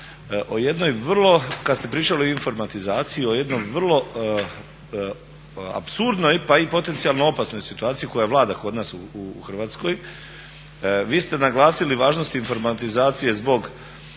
o jednoj vrlo, kada ste pričali o informatizaciji, o jednoj vrlo apsurdnoj pa i potencijalno opasnoj situaciji koja vlada kod nas u Hrvatskoj, vi ste naglasili važnost informatizacije zbog